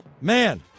Man